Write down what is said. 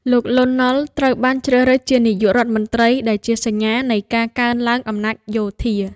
លោក លន់ នល់ ត្រូវបានជ្រើសរើសជានាយករដ្ឋមន្ត្រី ដែលជាសញ្ញានៃការកើនឡើងអំណាចយោធា។